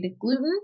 gluten